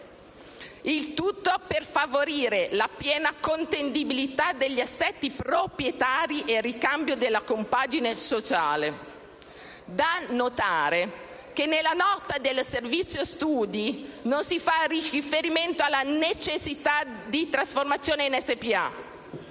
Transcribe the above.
il tutto per favorire la piena contendibilità degli assetti proprietari e il ricambio della compagine sociale. Da notare che nella nota del Servizio studi non si fa riferimento alla necessita di trasformazione in SpA